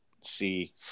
see